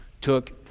took